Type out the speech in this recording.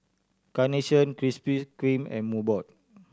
Carnation Krispy Kreme and Mobot